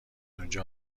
اونجا